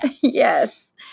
Yes